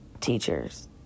teachers